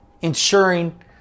ensuring